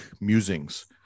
musings